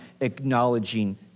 acknowledging